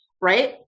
right